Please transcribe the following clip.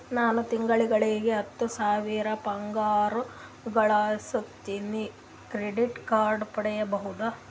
ನಾನು ತಿಂಗಳಿಗೆ ಹತ್ತು ಸಾವಿರ ಪಗಾರ ಗಳಸತಿನಿ ಕ್ರೆಡಿಟ್ ಕಾರ್ಡ್ ಪಡಿಬಹುದಾ?